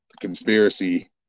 conspiracy